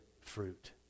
fruit